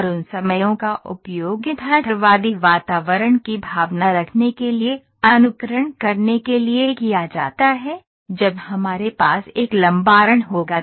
और उन समयों का उपयोग यथार्थवादी वातावरण की भावना रखने के लिए अनुकरण करने के लिए किया जाता है जब हमारे पास एक लंबा रन होगा